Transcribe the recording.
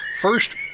First